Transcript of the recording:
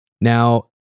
Now